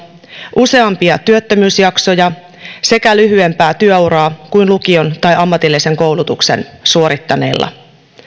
useampia työttömyysjaksoja sekä lyhyempää työuraa kuin lukion tai ammatillisen koulutuksen suorittaneilla